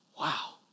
Wow